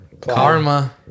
Karma